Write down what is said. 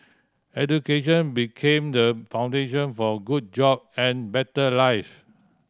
education became the foundation for good job and better live